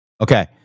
Okay